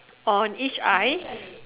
on each eye